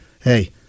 Hey